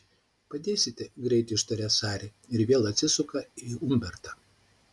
padėsite greit ištaria sari ir vėl atsisuka į umbertą